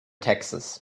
texas